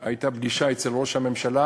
היה פגישה אצל ראש הממשלה,